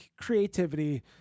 creativity